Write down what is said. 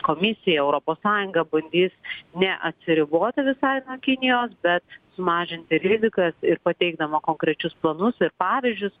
komisija europos sąjunga bandys neatsiriboti visai nuo kinijos bet sumažinti rizikas ir pateikdama konkrečius planus ir pavyzdžius